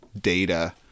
data